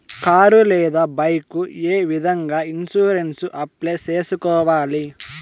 car లేదా bike ఏ విధంగా ఇన్సూరెన్సు అప్లై సేసుకోవాలి